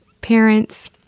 Parents